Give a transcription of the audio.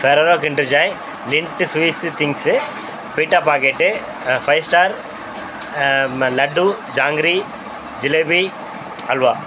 சரவ Kinder Joy mint ஸ்வீஸு things ப்ரிட்டா packet Five Star ம லட்டு ஜாங்கிரி ஜிலேபி அல்வா